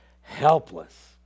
helpless